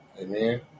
Amen